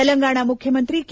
ತೆಲಂಗಾಣ ಮುಖ್ಯಮಂತ್ರಿ ಕೆ